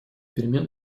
перемен